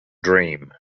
dream